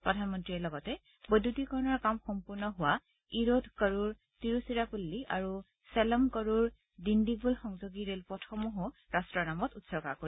প্ৰধানমন্ত্ৰীয়ে লগতে বৈদ্যুতিকীকৰণৰ কাম সম্পূৰ্ণ হোৱা ইৰোদ কৰুৰ তিৰুচিৰাপন্নী আৰু চেলম কৰুৰ ডিণ্ডিগুল সংযোগী ৰেলপথসমূহো ৰাষ্ট্ৰৰ নামত উৎসৰ্গা কৰিব